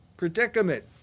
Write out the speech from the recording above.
Predicament